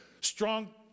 strong